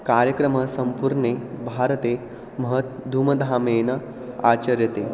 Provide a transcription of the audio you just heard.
कार्यक्रमः सम्पूर्णे भारते महता धूमधामेन आचर्यते